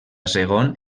segon